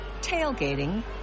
tailgating